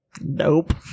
Nope